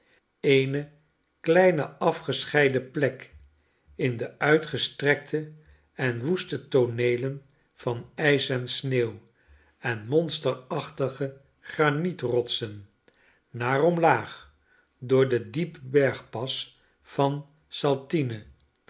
e kleine afgescheiden plek in de uitgestrekte en woeste tooneelen van ijs en sneeuw en monsterachtige granietrotsen naar omlaag door den diepen bergpas van